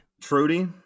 Trudy